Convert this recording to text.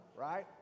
right